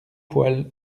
poils